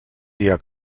dia